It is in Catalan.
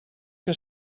que